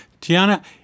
Tiana